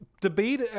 debate